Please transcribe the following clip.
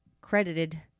credited